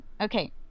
Okay